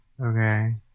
Okay